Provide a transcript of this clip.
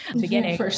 beginning